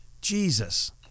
Jesus